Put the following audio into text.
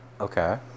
Okay